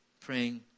praying